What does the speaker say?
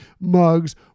mugs